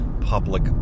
public